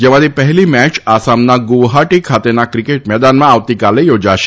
જેમાંથી પહેલી મેચ આસામના ગુવહાટી ખાતેના ક્રિકેટ મેદાનમાં આવતીકાલે યોજાશે